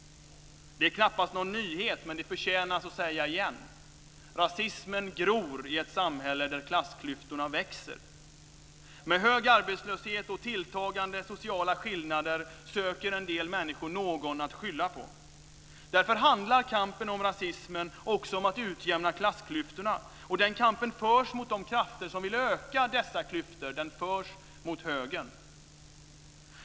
Det är knappast någon nyhet, men det förtjänar att sägas igen: Rasismen gror i ett samhälle där klassklyftorna växer. Med hög arbetslöshet och tilltagande sociala skillnader söker en del människor någon att skylla på. Därför handlar kampen mot rasismen också om att utjämna klassklyftorna, och den kampen förs mot de krafter som vill öka dessa klyftor. Den förs mot högern.